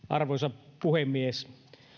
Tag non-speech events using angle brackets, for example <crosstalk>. <unintelligible> arvoisa puhemies